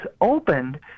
opened